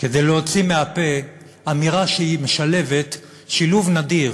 כדי להוציא מהפה אמירה שמשלבת שילוב נדיר